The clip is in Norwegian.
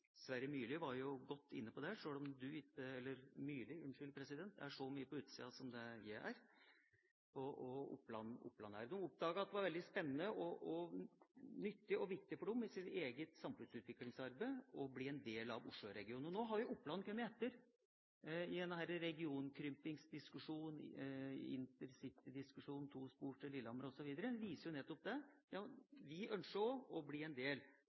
Sverre Myrli var inne på det, sjøl om Myrli ikke er så mye på utsida som det jeg er og Oppland er. Og det var veldig spennende og nyttig og viktig for deres eget samfunnsutviklingsarbeid å bli en del av Oslo-regionen. Nå har Oppland kommet etter i denne regionkrympingsdiskusjonen, og intercity-diskusjonen, to spor til Lillehammer osv. viser jo nettopp det. Vi ønsker også å bli en del